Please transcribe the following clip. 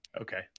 Okay